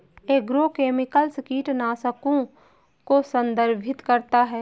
agrochemicals कीटनाशकों को संदर्भित करता है